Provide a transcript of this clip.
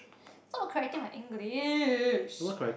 stop correcting my English